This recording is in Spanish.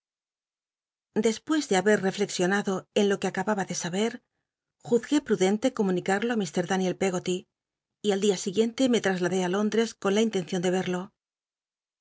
despues de haber rellexionado en jo que acababa de saber juzgué prudente comunicarlo á lir daniel pcggoty y al dia siguiente me trasladéá lóndrcs con la intencion de verlo